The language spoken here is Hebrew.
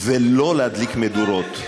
ולא להדליק מדורות.